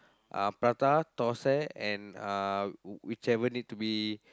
uh prata thosai and uh whichever need to be